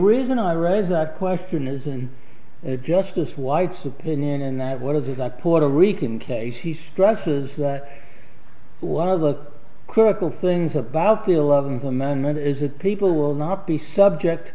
reason i raise that question isn't it justice white's opinion and that what is it that puerto rican case he stresses what one of the critical things about the eleventh amendment is that people will not be subject